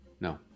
No